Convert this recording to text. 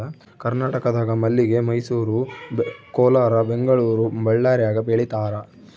ಕರ್ನಾಟಕದಾಗ ಮಲ್ಲಿಗೆ ಮೈಸೂರು ಕೋಲಾರ ಬೆಂಗಳೂರು ಬಳ್ಳಾರ್ಯಾಗ ಬೆಳೀತಾರ